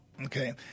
Okay